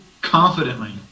confidently